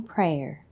Prayer